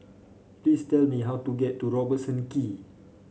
please tell me how to get to Robertson Quay